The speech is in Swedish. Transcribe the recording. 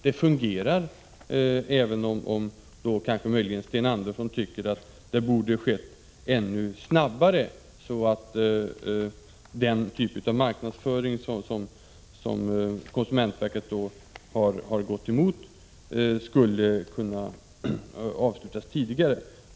Det har fungerat, även om Sten Andersson möjligen tycker att det borde ha gått ännu snabbare, så att den typen av marknadsföring som konsumentverket har gått emot hade kunnat avslutas tidigare.